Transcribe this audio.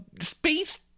space